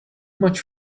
much